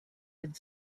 had